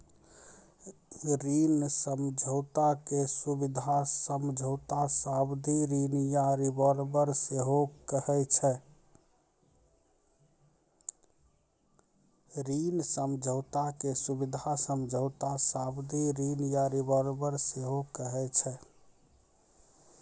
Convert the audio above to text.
ऋण समझौता के सुबिधा समझौता, सावधि ऋण या रिवॉल्बर सेहो कहै छै